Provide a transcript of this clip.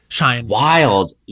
Wild